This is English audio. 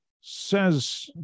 says